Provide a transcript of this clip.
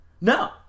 No